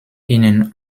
ihnen